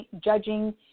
judging